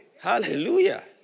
Hallelujah